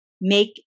make